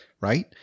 right